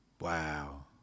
Wow